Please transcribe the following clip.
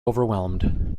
overwhelmed